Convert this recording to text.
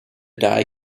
dye